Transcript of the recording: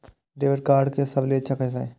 Debit card के सब ले सके छै?